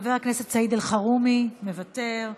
חבר הכנסת סעיד אלחרומי, מוותר.